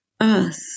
earth